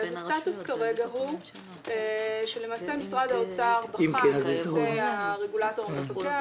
הסטטוס כרגע הוא שלמעשה משרד האוצר בחן את נושא הרגולטור המפקח.